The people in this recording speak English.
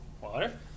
water